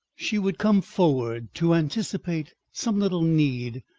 she would come forward to anticipate some little need,